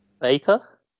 Baker